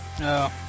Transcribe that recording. No